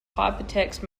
hypertext